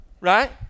right